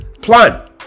plan